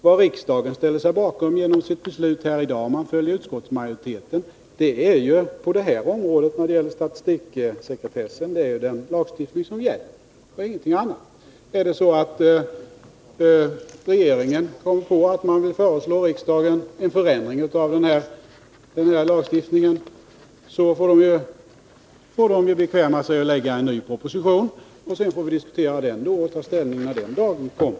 Vad riksdagen ställer sig bakom genom sitt beslut här i dag om man följer utskottsmajoriteten är, när det gäller statistiksekretessen, den lagstiftning som gäller och ingenting annat. Är det så att regeringen kommer på att man vill föreslå riksdagen en förändring av den lagstiftningen, får man bekväma sig till att lägga fram en ny proposition. Sedan får vi diskutera den och ta ställning när den dagen kommer.